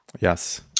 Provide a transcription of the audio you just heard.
Yes